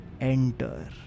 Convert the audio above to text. enter